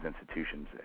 institutions